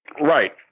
Right